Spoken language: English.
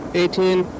eighteen